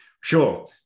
Sure